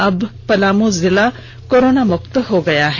अब पलामू कोरोना मुक्त हो गया है